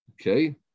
Okay